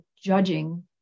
judging